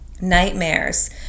nightmares